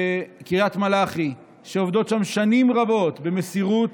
מקריית מלאכי שעובדות שם שנים רבות במסירות.